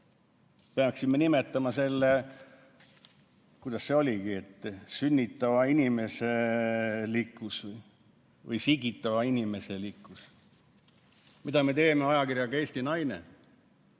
Peaksime nimetama seda, kuidas see oligi, sünnitavainimeselikkus või sigitavainimeselikkus. Mida me teeme ajakirjaga Eesti Naine?